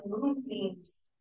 moonbeams